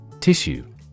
Tissue